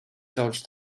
dodged